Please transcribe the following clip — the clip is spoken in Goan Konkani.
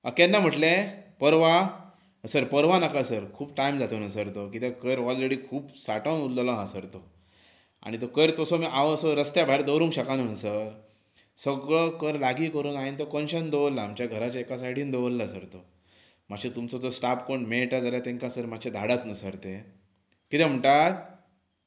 आं केन्ना म्हटलें परवा सर परवा नाका सर खूब टायम जातलो न्हय सर तो कित्याक कोयर ऑलरेडी खूब सांठून उरलेलो आसा सर तो आनी तो कोयर तसो हांव असो रस्त्या भायर दवरूंक शकना न्हय सर सगळो कोयर लागीं करून हांवें तो कोनशान दवरला आमच्या घराच्या एका सायडीन दवरला सर तो मातशें तुमचो जो स्टाफ कोण मेळटा जाल्यार तांकां सर मात्शें धाडात न्हय सर ते कितें म्हणटात